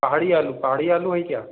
पहाड़ी आलू पहाड़ी आलू है क्या